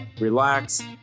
relax